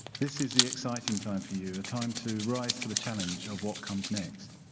this is the exciting time for you. a time to rise to the challenge of what comes next.